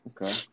Okay